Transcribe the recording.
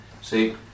See